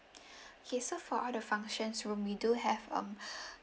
okay so for all the functions room we do have um